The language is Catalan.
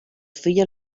filla